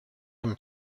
him